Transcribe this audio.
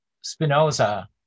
Spinoza